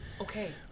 Okay